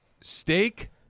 steak